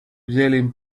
yelling